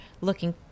looking